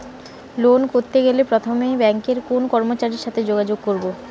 Loan করতে গেলে প্রথমে ব্যাঙ্কের কোন কর্মচারীর সাথে যোগাযোগ করব?